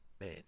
man